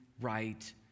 right